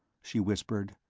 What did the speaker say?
she whispered,